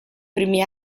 primi